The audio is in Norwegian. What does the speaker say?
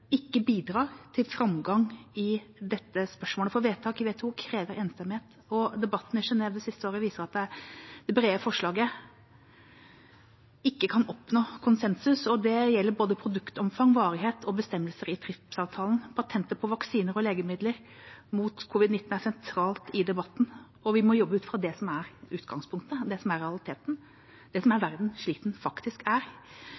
ikke bidrar til framgang i dette spørsmålet, for vedtak i WTO krever enstemmighet, og debattene i Genève det siste året viser at det brede forslaget ikke kan oppnå konsensus. Det gjelder både produktomfang, varighet og bestemmelser i TRIPS-avtalen. Patenter på vaksiner og legemidler mot covid-19 er sentralt i debatten, og vi må jobbe ut fra det som er utgangspunktet, det som er realiteten, det som er verden slik den faktisk er.